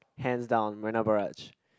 hands down Marina-Barrage